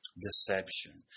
deception